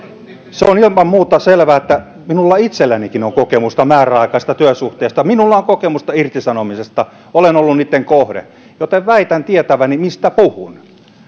se on ilman muuta selvää että minulla itsellänikin on kokemusta määräaikaisesta työsuhteesta minulla on kokemusta irtisanomisesta olen ollut niitten kohde joten väitän tietäväni mistä puhun